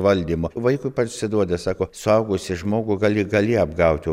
valdymo vaikui parsiduoda sako suaugusį žmogų gali gali apgauti o